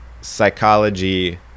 psychology